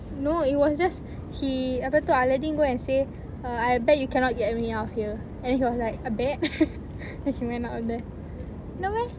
no it was just he apa tu aladdin go and say err I bet you cannot get me out of here and then he was like I bet then he went out of there no meh